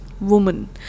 woman